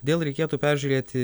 dėl reikėtų peržiūrėti